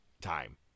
time